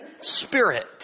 Spirit